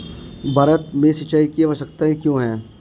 भारत में सिंचाई की आवश्यकता क्यों है?